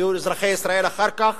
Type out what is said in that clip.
שהיו אזרחי ישראל אחר כך,